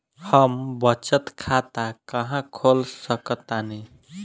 हम बचत खाता कहां खोल सकतानी?